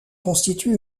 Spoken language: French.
constitue